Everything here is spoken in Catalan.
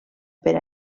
per